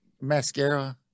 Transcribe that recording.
mascara